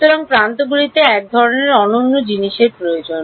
সুতরাং প্রান্তগুলিতে এক ধরণের অনন্য জিনিসটি প্রয়োজন